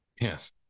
yes